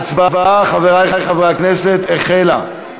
ההצבעה, חברי חברי הכנסת, החלה.